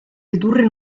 ridurre